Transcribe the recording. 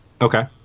Okay